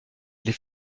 les